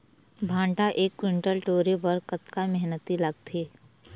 भांटा एक कुन्टल टोरे बर कतका मेहनती लागथे?